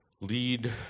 lead